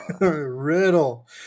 Riddle